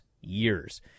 years